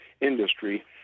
industry